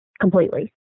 completely